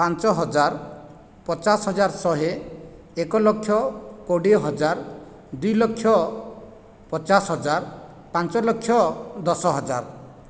ପାଞ୍ଚ ହଜାର ପଚାଶ ହଜାର ଶହେ ଏକ ଲକ୍ଷ କୋଡ଼ିଏ ହଜାର ଦୁଇ ଲକ୍ଷ ପଚାଶ ହଜାର ପାଞ୍ଚ ଲକ୍ଷ ଦଶ ହଜାର